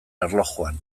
erlojuan